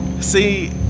See